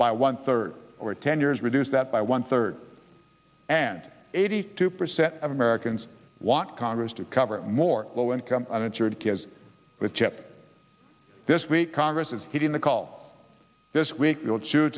by one third or ten years reduce that by one third and eighty two percent of americans want congress to cover more low income uninsured kids with this week congress is heeding the call this week